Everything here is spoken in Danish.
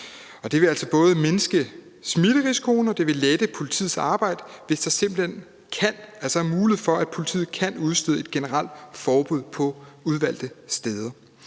Det vil altså både mindske smitterisikoen, og det vil lette politiets arbejde, hvis der er mulighed for, at politiet kan udstede et generelt forbud på udvalgte steder.